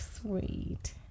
sweet